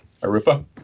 Arupa